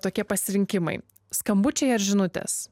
tokie pasirinkimai skambučiai ar žinutės